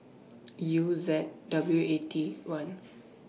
U Z W A T one